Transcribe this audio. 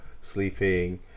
sleeping